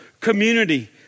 community